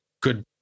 good